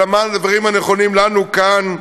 אלא מה הדברים הנכונים לנו כאן,